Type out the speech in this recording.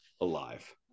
Alive